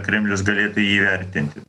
kremlius galėtų jį įvertinti